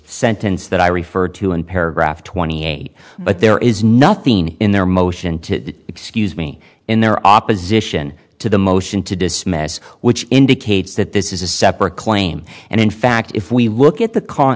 sentence that i referred to in paragraph twenty eight but there is nothing in their motion to excuse me in their opposition to the motion to dismiss which indicates that this is a separate claim and in fact if we look at the c